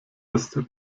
das